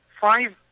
five